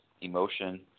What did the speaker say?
emotion